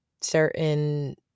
certain